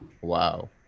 Wow